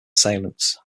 assailants